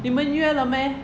你们约了 meh